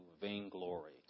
vainglory